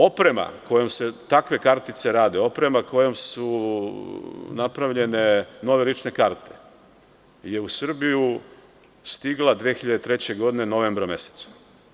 Oprema kojom se takve kartice rade, oprema kojom su napravljene nove lične karte je u Srbiju stigla 2003. godine, novembra meseca.